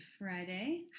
Friday